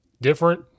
Different